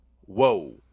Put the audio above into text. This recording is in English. whoa